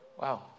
Wow